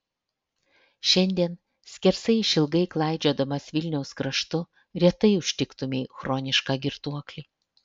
šiandien skersai išilgai klaidžiodamas vilniaus kraštu retai užtiktumei chronišką girtuoklį